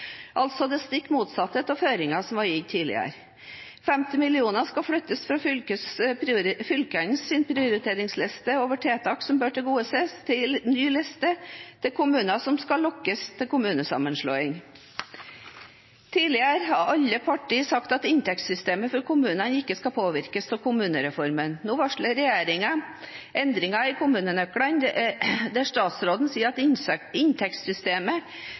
Altså det stikk motsatte av føringene som ble gitt tidligere – 50 mill. kr skal flyttes fra fylkenes prioriteringslister over tiltak som bør tilgodeses, til en ny liste til kommuner som skal lokkes til kommunesammenslåing. Tidligere har alle partier sagt at inntektssystemet for kommunene ikke skal påvirkes av kommunereformen. Nå varsler regjeringen endringer i kommunenøklene, der statsråden sier at inntektssystemet